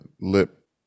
lip